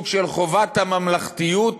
חובת הממלכתיות